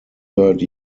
third